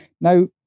Now